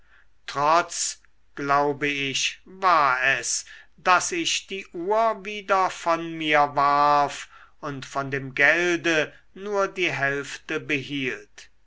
trotz glaube ich war es daß ich die uhr wieder von mir warf und von dem gelde nur die hälfte behielt